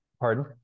Pardon